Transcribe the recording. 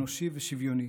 אנושי ושוויוני,